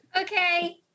Okay